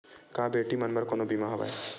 का बेटी मन बर कोनो बीमा हवय?